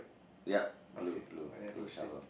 yup blue blue blue shower